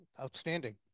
Outstanding